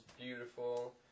beautiful